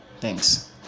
Thanks